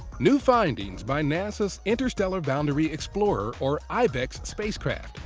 new findings by nasa's interstellar boundary explorer, or ibex spacecraft,